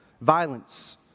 Violence